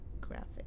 graphic